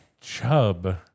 chub